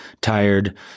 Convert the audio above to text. tired